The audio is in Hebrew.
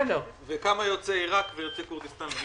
וכמה יוצאי עיראק ויוצאי כורדיסטן.